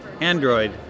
Android